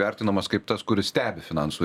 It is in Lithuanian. vertinamas kaip tas kuris stebi finansų